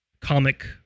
comic